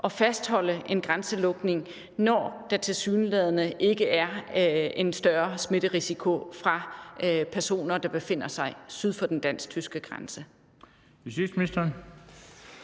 at fastholde en grænselukning, når der tilsyneladende ikke er en større smitterisiko fra personer, der befinder sig syd for den dansk-tyske grænse.